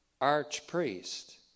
archpriest